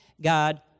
God